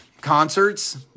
concerts